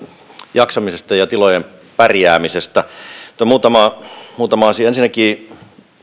jaksamisesta ja tilojen pärjäämisestä mutta muutama muutama asia ensinnäkin